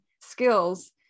skills